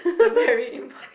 the very impor~